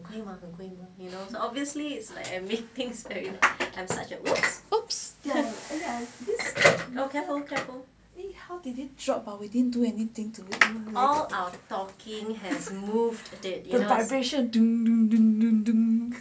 how did it drop but we didn't do anything to it vibration